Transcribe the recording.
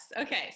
Okay